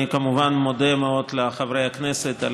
אני כמובן מודה מאוד לחברי הכנסת על